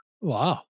Wow